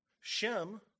Shem